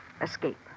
Escape